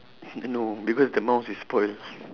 no because the mouse is spoiled